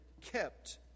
kept